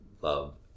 love